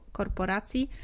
korporacji